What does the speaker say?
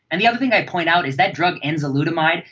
and the other thing i'd point out is that drug enzalutamide,